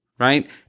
right